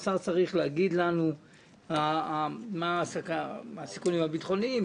השר צריך להגיד לנו מה הסיכונים הביטחוניים.